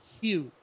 huge